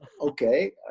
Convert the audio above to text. okay